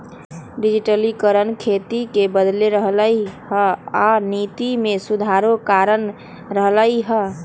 डिजटिलिकरण खेती के बदल रहलई ह आ नीति में सुधारो करा रह लई ह